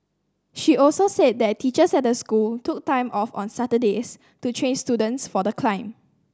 she also said that the teachers at the school took time off on Saturdays to train students for the climb